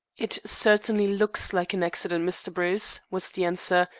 it certainly looks like an accident, mr. bruce, was the answer,